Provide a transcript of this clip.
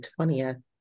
20th